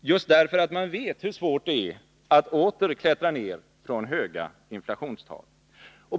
just därför att man vet hur svårt det är att åter klättra ner från höga inflationstal.